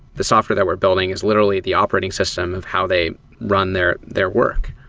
the software that we're building is literally the operating system of how they run their their work,